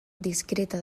discreta